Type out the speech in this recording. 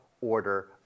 order